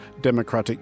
Democratic